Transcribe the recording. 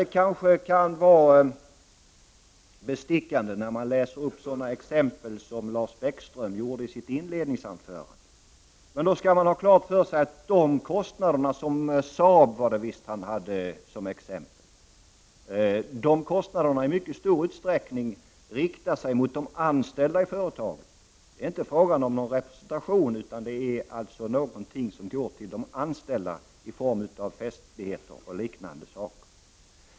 Det kanske kan vara bestickande med sådana exempel som Lars Bäckström läste upp i sitt inledningsanförande, men då skall man ha klart för sig att de kostnader som företagen har — SAAB i Lars Bäckströms exempel — i mycket stor utsträckning hänför sig till de anställda. Det är inte fråga om någon representation, utan det är något som går till de anställda i form av festligheter och liknande.